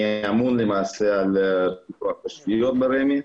אני למעשה אמון על פיתוח תשתיות ברשות מקרקעי ישראל,